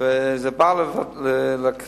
וזה בא לכנסת,